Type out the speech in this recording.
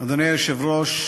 אדוני היושב-ראש,